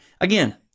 again